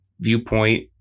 viewpoint